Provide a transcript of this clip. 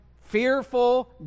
fearful